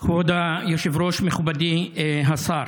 כבוד היושב-ראש, מכובדי השר,